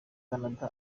canada